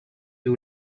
you